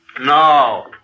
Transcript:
No